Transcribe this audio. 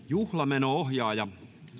juhlamenojenohjaaja